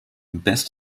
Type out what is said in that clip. best